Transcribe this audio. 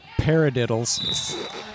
Paradiddles